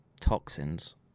toxins